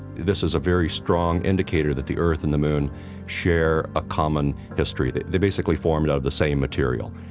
this is a very strong indicator that the earth and the moon share a common history, that they basically formed out of the same material.